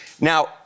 Now